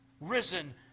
risen